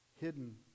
Hidden